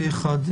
אושר פה אחד.